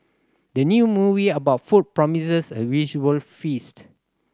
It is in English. the new movie about food promises a visual feast